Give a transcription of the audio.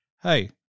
hey